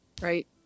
right